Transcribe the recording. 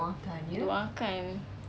doakan